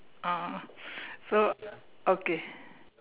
ah so okay